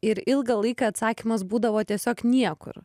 ir ilgą laiką atsakymas būdavo tiesiog niekur